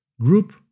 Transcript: group